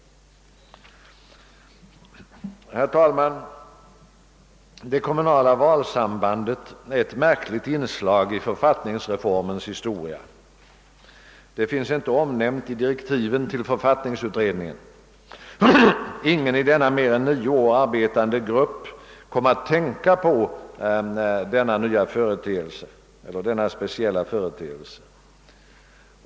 Herr talman! Det kommunala valsambandet är ett märkligt inslag i författningsreformens historia. Det finns inte omnämnt i direktiven till författningsutredningen. Ingen i denna i mer än nio år arbetande grupp kom att tänka på denna speciella företeelse.